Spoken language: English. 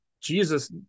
Jesus